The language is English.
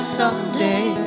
someday